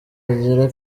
agira